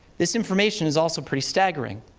this information is also pretty staggering.